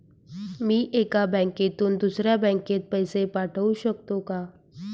मी एका बँकेतून दुसऱ्या बँकेत पैसे पाठवू शकतो का?